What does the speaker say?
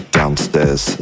downstairs